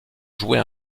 joué